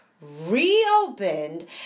reopened